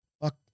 Fuck